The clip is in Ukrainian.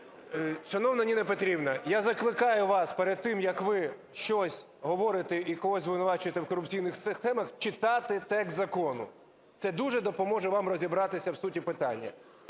Шановна Ніно Петрівно, я закликаю вас перед тим, як ви щось говорите і когось звинувачуєте в корупційних всіх схемах, читати текст закону. Це дуже допоможе вам розібратися в суті питання.